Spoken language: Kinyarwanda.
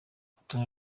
urutonde